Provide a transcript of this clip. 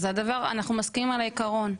אנחנו מסכימים על העיקרון.